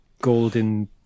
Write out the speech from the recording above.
golden